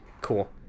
cool